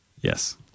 Yes